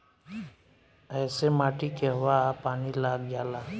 ऐसे माटी के हवा आ पानी लाग जाला